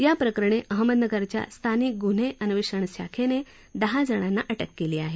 याप्रकरणी अहमदनगरच्या स्थानिक गुन्हे अन्वेषण शाखेनं दहा जणांना अटक केली आहे